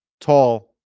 tall